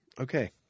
Okay